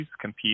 compete